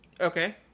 okay